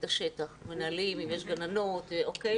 את השטח, את המנהלים, אם יש גננות וכולי.